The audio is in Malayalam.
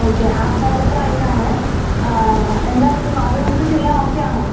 ഓക്കെ ആപ്പ് ഡെവലപ്പർ ആയിട്ടാണ് എന്താണ് ഇപ്പോൾ അത് നമുക്ക് ചെയ്യാൻ ഓക്കെയാണോ